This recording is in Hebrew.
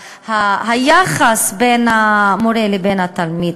היחס בין המורה לבין התלמיד,